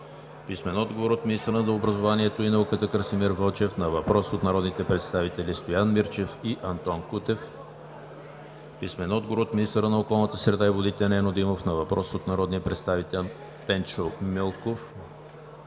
Найденова; - министъра на образованието и науката Красимир Вълчев на въпрос от народните представители Стоян Мирчев и Антон Кутев; - министъра на околната среда и водите Нено Димов на въпрос от народния представител Пенчо Милков;